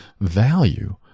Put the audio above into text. value